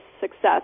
success